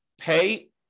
pay